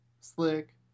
slick